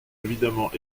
évidemment